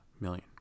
million